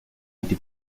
enti